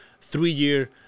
three-year